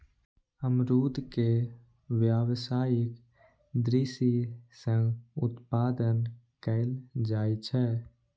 अमरूद के व्यावसायिक दृषि सं उत्पादन कैल जाइ छै